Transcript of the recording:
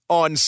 on